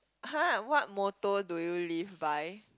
!huh! what motto do you live by